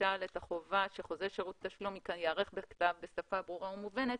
למשל החובה שחוזה שירות תשלום ייערך בכתב בשפה ברורה ומובנת,